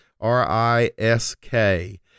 R-I-S-K